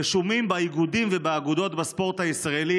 רשומים באיגודים ובאגודות בספורט הישראלי,